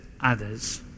others